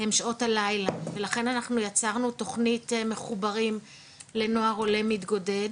הם שעות הלילה ולכן אנחנו יצרנו תוכנית "מחוברים לנוער עולה מתגודד"